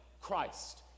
Christ